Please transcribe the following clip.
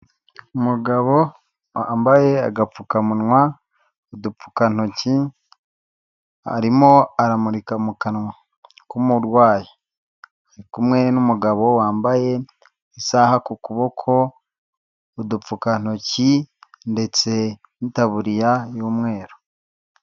Umugabo wambaye agapfukamunwa, udupfukantoki arimo aramurika mu kanwa k'umurwayi, ari kumwe n'umugabo wambaye isaha ku kuboko, udupfukantoki ndetse n'itaburiya y'umweru.